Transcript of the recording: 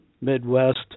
Midwest